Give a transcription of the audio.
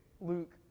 Luke